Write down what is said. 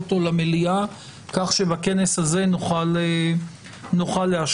למליאה כך שבכנס הזה נוכל לאשרו.